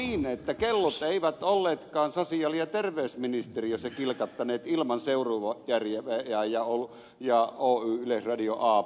oliko niin että kellot eivät olleetkaan sosiaali ja terveysministeriössä kilkattaneet ilman seu ruvo jari jäväjä ja seurujärveä ja oy yleisradio abtä